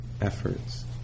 efforts